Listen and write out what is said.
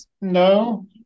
No